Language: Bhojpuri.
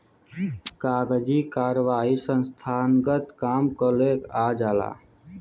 कागजी कारवाही संस्थानगत काम कुले आ जाला